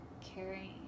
carrying